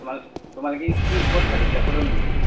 তোমাৰ তোমালোকে কি ক'ত ভাবিছিলা ক'লৈ নিম বুলি